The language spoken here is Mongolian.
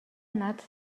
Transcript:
над